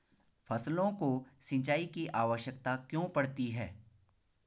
फसलों को सिंचाई की आवश्यकता क्यों पड़ती है?